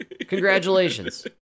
Congratulations